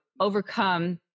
overcome